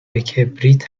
کبریت